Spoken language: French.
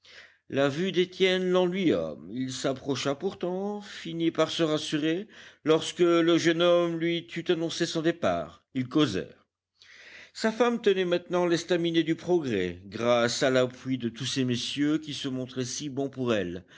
la vue d'étienne l'ennuya il s'approcha pourtant finit par se rassurer lorsque le jeune homme lui eut annoncé son départ ils causèrent sa femme tenait maintenant l'estaminet du progrès grâce à l'appui de tous ces messieurs qui se montraient si bons pour elle